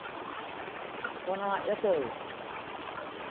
आ कोना अयतै